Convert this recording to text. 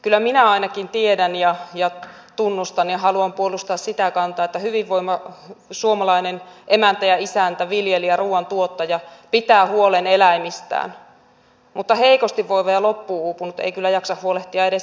kyllä minä ainakin tiedän ja tunnustan ja haluan puolustaa sitä kantaa että hyvinvoiva suomalainen emäntä ja isäntä viljelijä ruoantuottaja pitää huolen elämisistään mutta heikosti voiva ja loppuun uupunut ei kyllä jaksa huolehtia edes itsestään